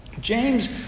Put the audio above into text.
James